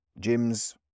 gyms